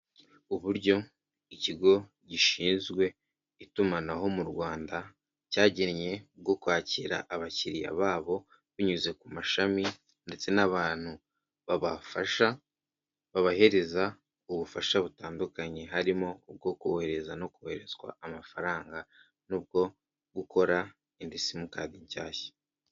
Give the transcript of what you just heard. Uburyo ikigo gishinzwe itumanaho mu Rwanda cyagennye bwo kwakira abakiriya babo binyuze ku mashami ndetse n'abantu babafasha babahereza ubufasha butandukanye, harimo ubwo kohereza no koherezwa amafaranga n'ubwo gukora indi simukadi nshyashya.